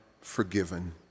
forgiven